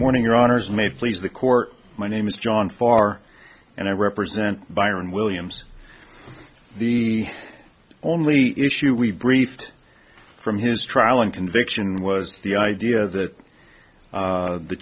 morning your honour's may please the court my name is john far and i represent byron williams the only issue we briefed from his trial and conviction was the idea that